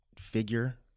figure